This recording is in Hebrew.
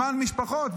למען משפחות,